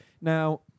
Now